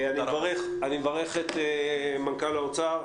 אני מברך את מנכ"ל האוצר.